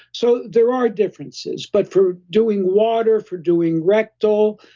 so, there are differences. but for doing water, for doing rectal,